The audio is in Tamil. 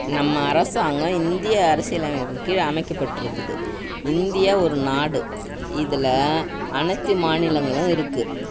நம்ம அரசாங்கம் இந்திய அரசியல் அமைப்பின் கீழ் அமைக்கப்பட்டு இருக்குது இந்தியா ஒரு நாடு இதில் அனைத்து மாநிலங்களும் இருக்குது